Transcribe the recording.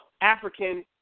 African